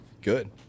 good